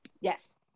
Yes